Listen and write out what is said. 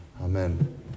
Amen